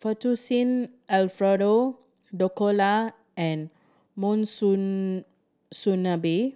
Fettuccine Alfredo Dhokla and